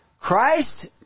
Christ